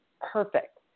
perfect